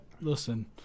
listen